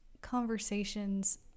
conversations